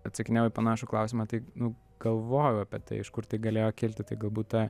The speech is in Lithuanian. atsakinėjau į panašų klausimą tai nu galvojau apie tai iš kur tai galėjo kilti tai galbūt ta